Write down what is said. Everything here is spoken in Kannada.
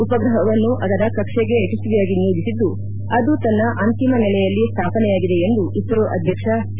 ಉಪಗ್ರಪವನ್ನು ಅದರ ಕಕ್ಷೆಗೆ ಯಶಸ್ವಿಯಾಗಿ ನಿಯೋಜಿಸಿದ್ದು ಆದು ತನ್ನ ಅಂತಿಮ ನೆಲೆಯಲ್ಲಿ ಸ್ಥಾಪನೆಯಾಗಿದೆ ಎಂದು ಇಸ್ತೋ ಅಧ್ಯಕ್ಷ ಕೆ